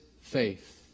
faith